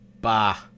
Bah